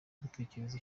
gutekereza